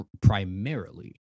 primarily